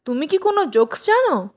তুমি কি কোনও জোকস জানো